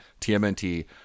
tmnt